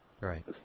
Right